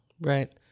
Right